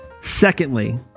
Secondly